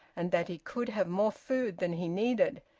and that he could have more food than he needed.